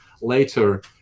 later